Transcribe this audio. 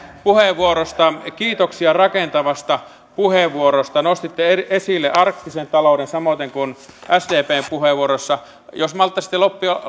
puheenvuorosta kiitoksia rakentavasta puheenvuorosta nostitte esille arktisen talouden samoiten kuin sdpn puheenvuorossa tehtiin jos malttaisitte